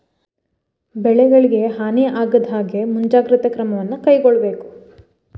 ಬೆಳೆಗಳಿಗೆ ಹಾನಿ ಆಗದಹಾಗೆ ಮುಂಜಾಗ್ರತೆ ಕ್ರಮವನ್ನು ಕೈಗೊಳ್ಳಬೇಕು